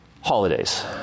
Holidays